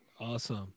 Awesome